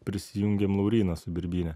prisijungėm lauryną su birbyne